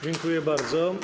Dziękuję bardzo.